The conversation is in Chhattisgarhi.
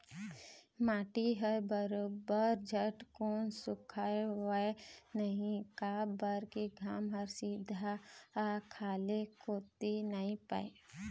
माटी ह बरोबर झटकुन सुखावय नइ काबर के घाम ह सीधा खाल्हे कोती नइ परय